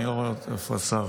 איפה השר?